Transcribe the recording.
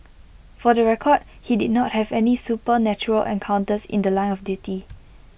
for the record he did not have any supernatural encounters in The Line of duty